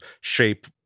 shape